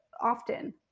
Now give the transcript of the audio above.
often